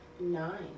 nine